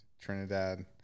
Trinidad